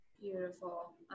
beautiful